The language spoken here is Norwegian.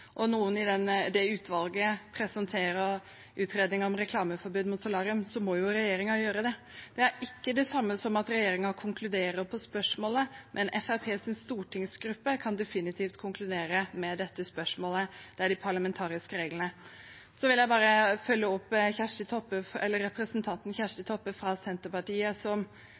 og noen i dette utvalget presenterer utredningen om reklameforbud mot solarium, må jo regjeringen gjøre det. Det er ikke det samme som at regjeringen konkluderer på spørsmålet, men Fremskrittspartiets stortingsgruppe kan definitivt konkludere i dette spørsmålet. Det er de parlamentariske reglene. Så vil jeg bare følge opp representanten Kjersti Toppe fra Senterpartiet,